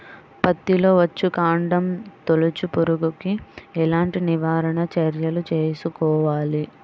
పత్తిలో వచ్చుకాండం తొలుచు పురుగుకి ఎలాంటి నివారణ చర్యలు తీసుకోవాలి?